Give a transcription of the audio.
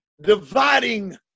dividing